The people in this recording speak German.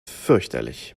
fürchterlich